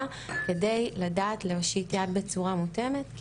כדי לדעת להושיט יד בצורה מותאמת.